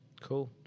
Cool